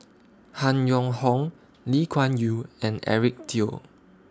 Han Yong Hong Lee Kuan Yew and Eric Teo